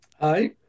Hi